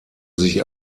sich